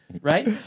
Right